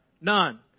None